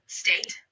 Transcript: state